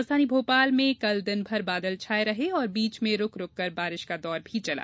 राजधानी भोपाल में आज दिन भर बादल छाए रहे और बीच में रुकरुक बारिश का दौर भी चला